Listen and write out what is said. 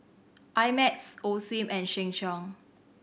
I Max Osim and Sheng Siong